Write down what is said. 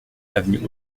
avenue